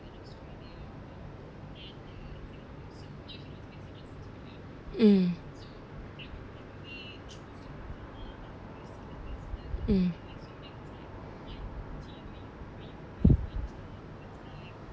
mm mm